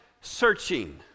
searching